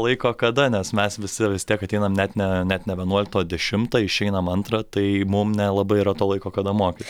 laiko kada nes mes visi vis tiek ateinam net ne net ne vienuoliktą dešimtą išeinam antrą tai mum nelabai yra to laiko kada mokyt